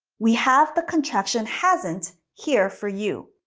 we have the contestant hasn't here for you.